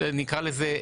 נקרא להן,